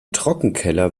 trockenkeller